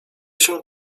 się